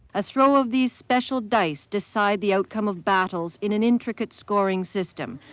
a throw of these special dice decide the outcome of battles in an intricate scoring system.